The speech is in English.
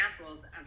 examples